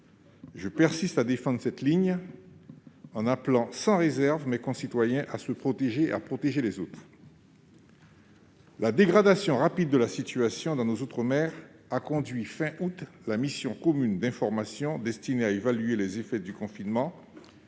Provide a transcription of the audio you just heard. Je persiste à défendre cette ligne, en appelant sans réserve mes concitoyens à se protéger et à protéger les autres. La dégradation rapide de la situation dans nos outre-mer a conduit, fin août, la mission commune d'information du Sénat destinée à évaluer les effets des